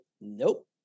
nope